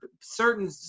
certain